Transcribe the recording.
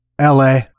LA